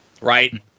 right